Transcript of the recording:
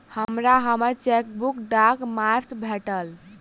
हमरा हम्मर चेकबुक डाकक मार्फत भेटल